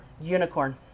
Unicorn